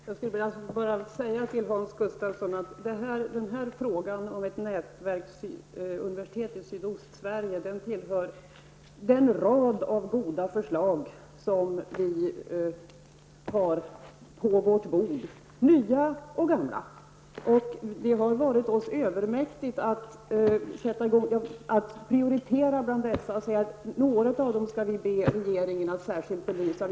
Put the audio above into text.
Herr talman! Frågan om ett nätverksuniversitet i Sydostsverige tillhör den rad av goda förslag som vi i utskottet har på vårt bord -- nya och gamla. Det har varit för oss övermäktigt att prioritera bland dessa förslag och säga att några av dem bör regeringen särskilt belysa.